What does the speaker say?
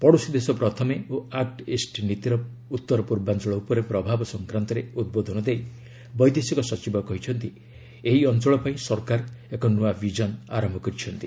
ପଡ଼ୋଶୀ ଦେଶ ପ୍ରଥମେ ଓ ଆକୁ ଇଷ୍ଟ ନୀତିର ଉତ୍ତର ପୂର୍ବାଞ୍ଚଳ ଉପରେ ପ୍ରଭାବ ସଂକ୍ରାନ୍ତରେ ଉଦ୍ବୋଧନ ଦେଇ ବୈଦେଶିକ ସଚିବ କହିଛନ୍ତି ଏହି ଅଞ୍ଚଳ ପାଇଁ ସରକାର ଏକ ନୂଆ ବିଜନ ଆରମ୍ଭ କରିଛନ୍ତି